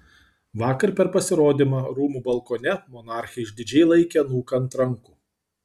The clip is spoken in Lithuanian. vakar per pasirodymą rūmų balkone monarchė išdidžiai laikė anūką ant rankų